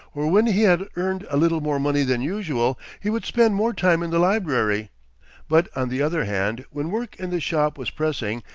or when he had earned a little more money than usual, he would spend more time in the library but, on the other hand, when work in the shop was pressing,